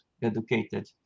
educated